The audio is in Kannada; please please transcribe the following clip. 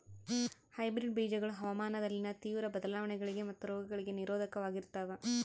ಹೈಬ್ರಿಡ್ ಬೇಜಗಳು ಹವಾಮಾನದಲ್ಲಿನ ತೇವ್ರ ಬದಲಾವಣೆಗಳಿಗೆ ಮತ್ತು ರೋಗಗಳಿಗೆ ನಿರೋಧಕವಾಗಿರ್ತವ